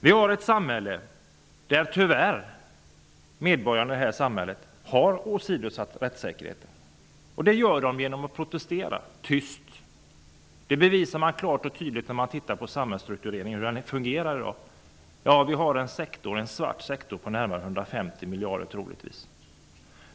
Vi har ett samhälle i vilket medborgarna tyvärr har åsidosatt rättssäkerheten. Det gör de genom att protestera, tyst. Det bevisas klart och tydligt när man tittar på samhällsstruktureringen och hur den fungerar. Vi har en svart sektor som troligtvis omfattar närmare 150 miljarder kronor.